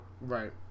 Right